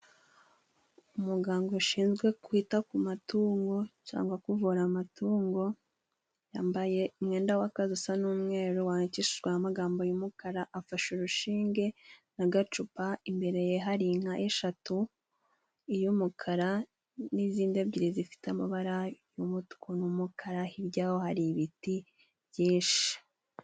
Umuganga ushinzwe kwita ku matungo cangwa kuvura amatungo yambaye umwenda w'akazi usa n'umweru, wandikishijweho amagambo y'umukara, afashe urushinge n'agacupa imbere ye hari inka eshatu iy'umukara n'izindi ebyiri zifite amabara y'umutuku n'umukara, hirya yaho hari ibiti byinshi.